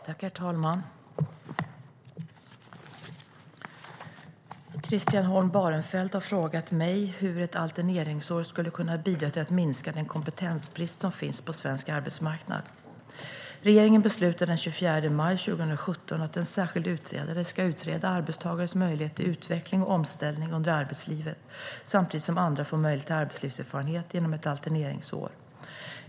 Svar på interpellationer Herr talman! Christian Holm Barenfeld har frågat mig hur ett alterneringsår skulle kunna bidra till att minska den kompetensbrist som finns på svensk arbetsmarknad. Regeringen beslutade den 24 maj 2017 att en särskild utredare ska utreda arbetstagares möjligheter till utveckling och omställning under arbetslivet, samtidigt som andra får möjlighet till arbetslivserfarenhet, genom ett alterneringsår.